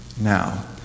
Now